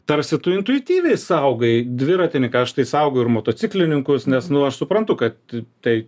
tarsi tu intuityviai saugai dviratininką štai saugo ir motociklininkus nes nu aš suprantu kad tai